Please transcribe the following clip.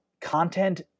content